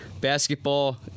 Basketball